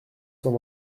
cent